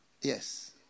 Yes